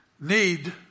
need